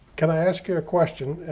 can i ask you a question?